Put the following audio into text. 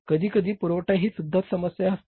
कधीकधी पुरवठा हीसुद्धा समस्या असते